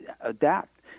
adapt